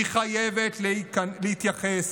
היא חייבת להתייחס